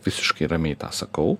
visiškai ramiai tą sakau